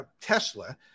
Tesla